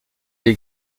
dans